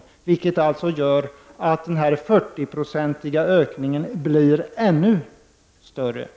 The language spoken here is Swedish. Detta gör alltså att den 40-procentiga ökningen blir ännu större.